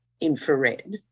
infrared